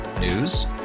News